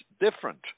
different